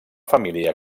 família